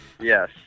Yes